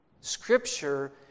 scripture